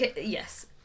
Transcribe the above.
Yes